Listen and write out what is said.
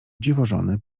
dziwożony